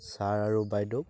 sir আৰু বাইদেউক